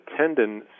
tendon